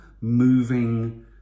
moving